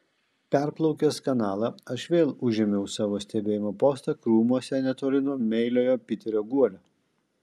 perplaukęs kanalą aš vėl užėmiau savo stebėjimo postą krūmuose netoli nuo meiliojo piterio guolio